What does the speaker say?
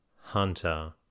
hunter